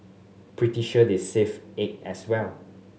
pretty sure they serve egg as well